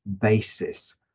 basis